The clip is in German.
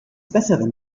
besseren